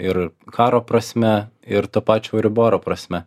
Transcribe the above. ir karo prasme ir to pačio euriboro prasme